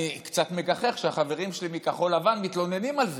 אני קצת מגחך שהחברים שלי מכחול לבן מתלוננים על זה,